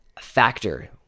factor